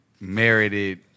merited